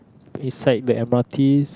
is like the M_R_T